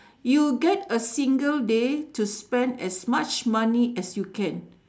you get a single day to spend as much money as you can